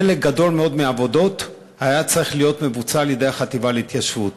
חלק גדול מאוד מהעבודות היה צריך להיות מבוצע על-ידי החטיבה להתיישבות.